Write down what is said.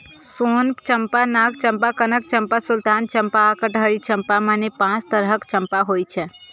सोन चंपा, नाग चंपा, कनक चंपा, सुल्तान चंपा आ कटहरी चंपा, मने पांच तरहक चंपा होइ छै